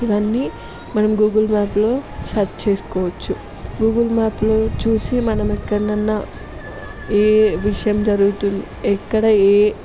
అవన్నీ మనం గూగుల్ మ్యాప్లో సెర్చ్ చేసుకోవచ్చు గూగుల్ మ్యాప్లో చూసి మనం ఎక్కడనన్నా ఏ విషయం జరుగుతున్న ఎక్కడ ఏ